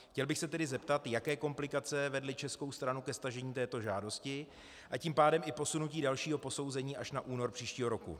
Chtěl bych se tedy zeptat, jaké komplikace vedly českou stranu ke stažení této žádosti, a tím pádem i posunutí dalšího posouzení až na únor příštího roku.